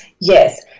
Yes